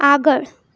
આગળ